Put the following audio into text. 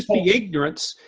be ignorance,